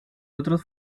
otros